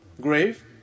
grave